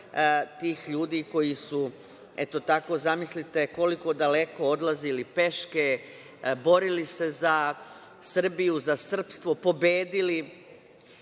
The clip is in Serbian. tih ljudi koji su, eto tako, zamislite, koliko daleko odlazili peške, borili se za Srbiju, za srpstvo, pobedili.